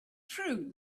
true